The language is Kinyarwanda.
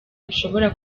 bishobora